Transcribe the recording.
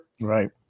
Right